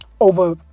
over